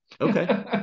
okay